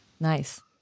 Nice